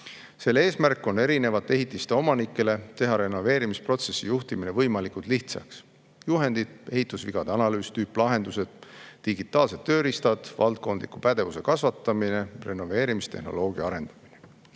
Selle eesmärk on erinevate ehitiste omanikele teha renoveerimisprotsessi juhtimine võimalikult lihtsaks: juhendid, ehitusvigade analüüs, tüüplahendused, digitaalsed tööriistad, valdkondliku pädevuse kasvatamine, renoveerimistehnoloogia arendamine.